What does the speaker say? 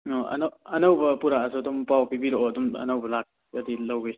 ꯑꯣ ꯑꯅꯧꯕ ꯄꯨꯔꯛꯑꯁꯨ ꯑꯗꯨꯝ ꯄꯥꯎ ꯄꯤꯕꯤꯔꯛꯑꯣ ꯑꯗꯨꯝ ꯑꯅꯧꯕ ꯂꯥꯛꯑꯗꯤ ꯂꯧꯒꯦ